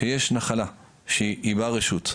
כשיש נחלה שהיא ברשות,